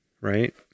Right